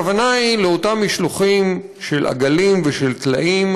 הכוונה היא לאותם משלוחים של עגלים ושל טלאים,